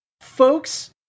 folks